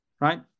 right